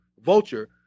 Vulture